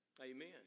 Amen